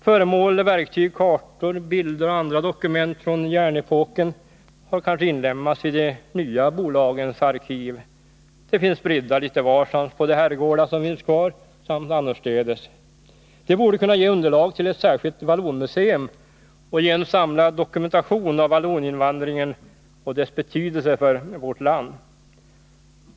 Föremål, verktyg, kartor, bilder och andra dokument från järnepoken har kanske inlemmats i de nya bolagens arkiv. De finns spridda lite varstans på de herrgårdar som finns kvar samt annorstädes. Det borde kunna ge underlag till ett särskilt vallonmuseum och ge en samlad dokumentation av valloninvandringen och dess betydelse för vårt land.